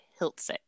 Hiltzik